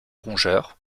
rongeurs